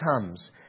comes